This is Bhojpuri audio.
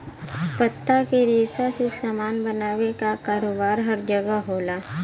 पत्ता के रेशा से सामान बनावे क कारोबार हर जगह होला